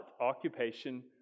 occupation